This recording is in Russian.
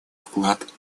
вклад